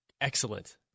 Excellent